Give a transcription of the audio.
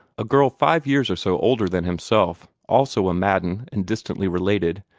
a girl five years or so older than himself, also a madden and distantly related,